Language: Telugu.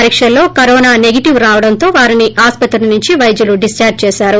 పరీకల్లో కరోనా సెగిటివ్ రావడంతో వారిని ఆసుపత్రి నుంచి పైద్యుల డిశ్చార్ల్ చేశారు